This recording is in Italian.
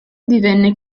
divenne